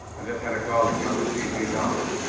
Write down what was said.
i just had a call come up to c c s office.